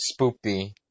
spoopy